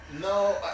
No